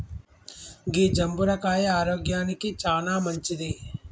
గీ జంబుర కాయ ఆరోగ్యానికి చానా మంచింది